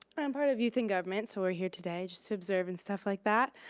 i'm part of youth in government so we're here today just to observe and stuff like that.